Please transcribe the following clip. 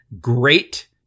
great